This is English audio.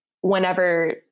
whenever